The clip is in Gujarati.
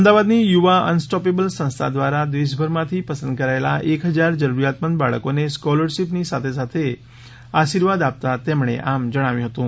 અમદાવાદની યુવા અનસ્ટેયેબલ સંસ્થા દ્વારા દેશભરમાંથી પસંદ કરેલા એક ફજાર જરૂરિયાત મંદ બાળકોને સ્કોલરશીપ સાથે સાથે આર્શીવાદ આપતા તેમણે આમ જણાવ્યું હતું